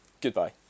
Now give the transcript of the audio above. Goodbye